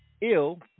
ill